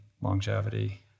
longevity